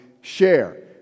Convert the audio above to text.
share